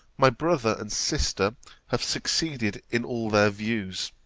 my brother and sister have succeeded in all their views.